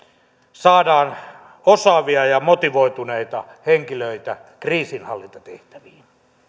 saadaan osaavia ja motivoituneita henkilöitä kriisinhallintatehtäviin